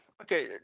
Okay